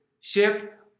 ship